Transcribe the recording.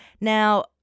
Now